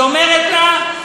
היא אומרת לה,